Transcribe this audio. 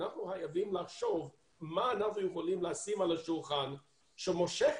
אנחנו חייבים לחשוב מה אנחנו יכולים לשים על השולחן שימשוך